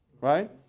Right